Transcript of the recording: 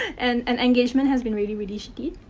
and, and engagement has been really, really shitty.